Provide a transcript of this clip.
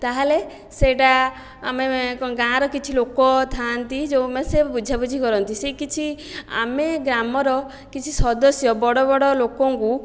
ତା'ହେଲେ ସେଇଟା ଆମେ କଁ ଗାଁର କିଛି ଲୋକ ଥାଆନ୍ତି ଯେଉଁ ସେ ବୁଝାବୁଝି କରନ୍ତି ସେ କିଛି ଆମେ ଗ୍ରାମର କିଛି ସଦସ୍ୟ ବଡ଼ ବଡ଼ ଲୋକଙ୍କୁ